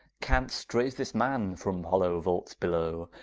canst raise this man from hollow vaults below,